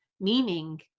Meaning